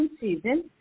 season